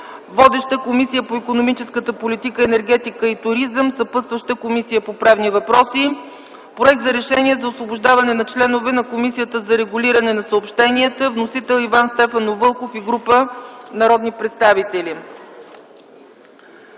Водеща е Комисията по икономическа политика, енергетика и туризъм. Съпътстваща е Комисията по правни въпроси. Проект за Решение за освобождаване на членове на Комисията за регулиране на съобщенията. Вносители: Иван Стефанов Вълков и група народни представители.